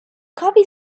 coffee